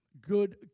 good